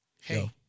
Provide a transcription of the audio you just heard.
Hey